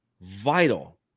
vital